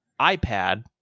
iPad